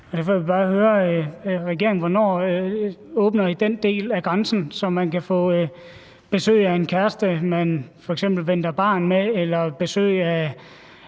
jeg bare høre regeringen: Hvornår åbner I den del af grænsen, så man kan få besøg af en kæreste, man f.eks. venter barn med, eller besøg af